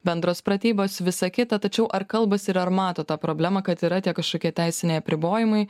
bendros pratybos visa kita tačiau ar kalbasi ir ar mato tą problemą kad yra tie kažkokie teisiniai apribojimai